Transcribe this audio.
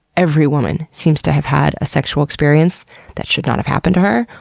every woman seems to have had a sexual experience that should not have happened to her,